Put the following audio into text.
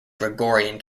gregorian